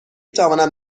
توانم